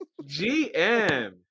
GM